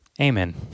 Amen